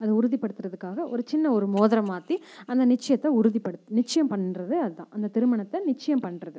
அது உறுதிப்படுத்துகிறதுக்காக ஒரு சின்ன ஒரு மோதிரம் மாற்றி அந்த நிச்சியத்தை உறுதிப்படுத் நிச்சியம் பண்ணுறது அதுதான் அந்த திருமணத்தை நிச்சியம் பண்ணுறது